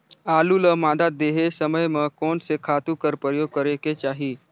आलू ल मादा देहे समय म कोन से खातु कर प्रयोग करेके चाही?